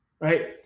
Right